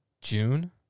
June